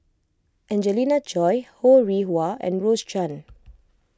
Angelina Choy Ho Rih Hwa and Rose Chan